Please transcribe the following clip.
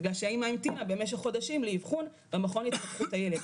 בגלל שהאמא המתינה במשך חודשים לאבחון במכון להתפתחות הילד.